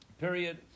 Period